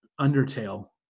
Undertale